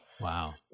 Wow